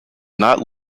not